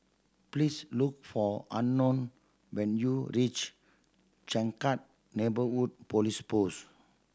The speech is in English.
please look for Unknown when you reach Changkat Neighbourhood Police Post